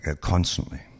constantly